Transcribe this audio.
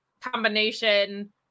combination